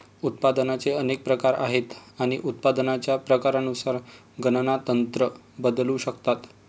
उत्पादनाचे अनेक प्रकार आहेत आणि उत्पादनाच्या प्रकारानुसार गणना तंत्र बदलू शकतात